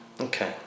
okay